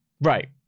Right